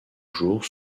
jour